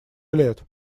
лет